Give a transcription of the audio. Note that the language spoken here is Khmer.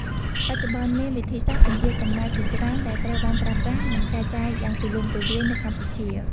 បច្ចុប្បន្ន មានវិធីសាស្ត្រពន្យារកំណើតជាច្រើនដែលត្រូវបានប្រើប្រាស់ និងចែកចាយយ៉ាងទូលំទូលាយនៅកម្ពុជា។